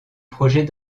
projet